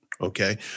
okay